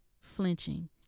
flinching